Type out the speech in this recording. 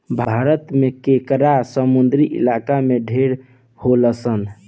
भारत में केकड़ा समुंद्री इलाका में ढेर होलसन